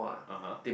(uh huh)